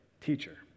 teacher